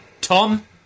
tom